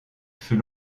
fut